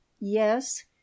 yes